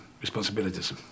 responsibilities